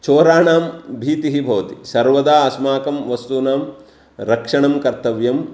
चोराणां भीतिः भवति सर्वदा अस्माकं वस्तूनां रक्षणं कर्तव्यं